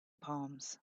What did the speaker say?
palms